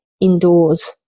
indoors